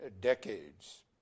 decades